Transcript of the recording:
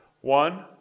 One